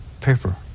paper